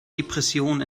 depressionen